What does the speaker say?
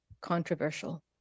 controversial